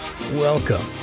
welcome